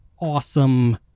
awesome